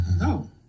No